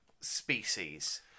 species